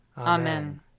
Amen